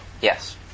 Yes